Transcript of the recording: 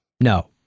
No